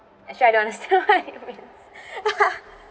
actually I don't understand what it means